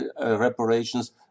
reparations